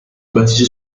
baptisé